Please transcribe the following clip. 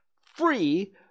free